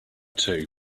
too